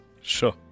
Sure